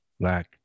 black